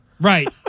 Right